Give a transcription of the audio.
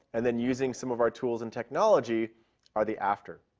and then using some of our tools and technology are the after.